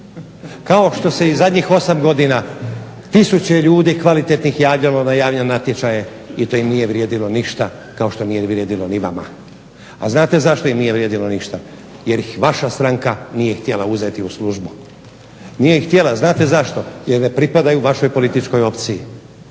kao što se i zadnjih 8 godina tisuće ljudi kvalitetnih javljalo na javne natječaje i to im nije vrijedilo ništa kao što nije vrijedilo ni vama. A znate zašto im nije vrijedilo ništa, jer ih vaša stranka nije htjela uzeti u službu. Nije htjela znate zašto, jer ne pripadaju vašoj političkoj opciji.